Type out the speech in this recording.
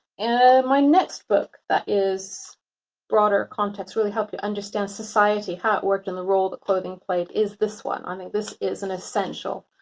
and my next book that is broader context really helps you understand society, how it worked in the role that clothing played is this one. i mean, this is an essential.